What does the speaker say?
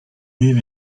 hear